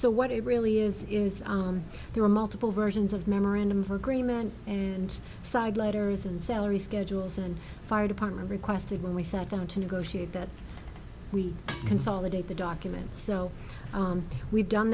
so what it really is is there are multiple versions of memorandum for agreement and side letters and salary schedules and fire department requested when we sat down to negotiate that we consolidate the documents so we've done